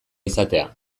izatea